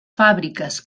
fàbriques